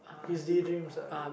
his daydreams ah